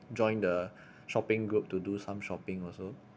join the shopping group to do some shopping also